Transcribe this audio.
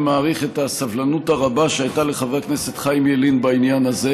ומעריך את הסבלנות הרבה שהייתה לחבר הכנסת חיים ילין בעניין הזה,